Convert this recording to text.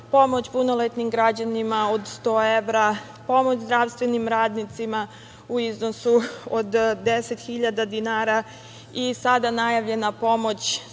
pomoć punoletnim građanima od 100 evra, pomoć zdravstvenim radnicima u iznosu od 10.000 dinara i sada najavljena pomoć